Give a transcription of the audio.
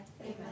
Amen